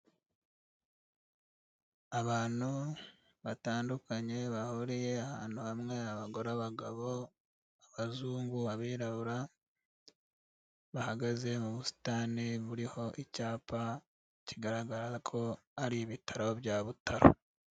Abantu batandukanye bahuriye ahantu hamwe, abagore, abagabo, abazungu, abirabura, bahagaze mu busitani buriho icyapa kigaragara ko ari ibitaro bya Butaro.